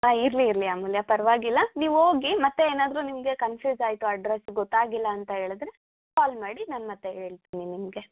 ಹಾಂ ಇರಲಿ ಇರಲಿ ಅಮೂಲ್ಯ ಪರವಾಗಿಲ್ಲ ನೀವು ಹೋಗಿ ಮತ್ತೆ ಏನಾದ್ರೂ ನಿಮಗೆ ಕನ್ಫ್ಯೂಸ್ ಆಯಿತು ಅಡ್ರಸ್ ಗೊತ್ತಾಗಿಲ್ಲ ಅಂತ ಹೇಳದ್ರೆ ಕಾಲ್ ಮಾಡಿ ನಾನು ಮತ್ತೆ ಹೇಳ್ತಿನಿ ನಿಮಗೆ